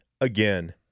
again